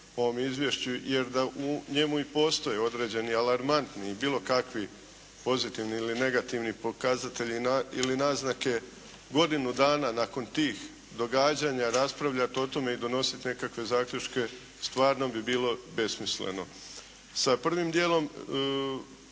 o ovom izvješću jer da u njemu i postoje određeni alarmantni i bilo kakvi pozitivni ili negativni pokazatelji ili naznake godinu dana nakon tih događanja raspravljati o tome i donositi nekakve zaključke stvarno bi bilo besmisleno. Sa prvim djelom